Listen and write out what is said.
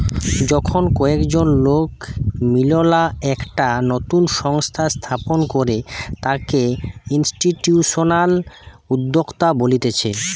যখন কয়েকজন লোক মিললা একটা নতুন সংস্থা স্থাপন করে তাকে ইনস্টিটিউশনাল উদ্যোক্তা বলতিছে